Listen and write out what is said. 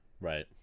Right